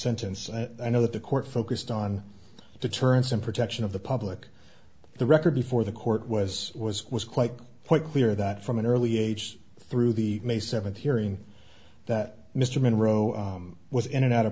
sentence and i know that the court focused on deterrence and protection of the public the record before the court was was was quite quite clear that from an early age through the may seventh hearing that mr monroe was in and out of